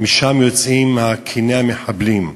שם קני המחבלים.